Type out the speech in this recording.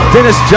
Dennis